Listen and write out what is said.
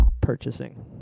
purchasing